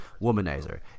Womanizer